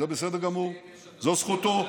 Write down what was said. זה בסדר גמור, זו זכותו.